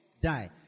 die